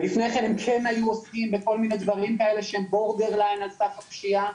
ולפני כן הם כן היו עוסקים בכל מיני דברים כאלה של על גבול הפשיעה.